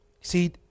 see